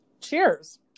Cheers